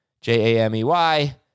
J-A-M-E-Y